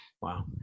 Wow